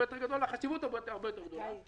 יותר גדול והחשיבות הרבה יותר גדולה.